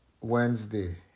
Wednesday